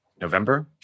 November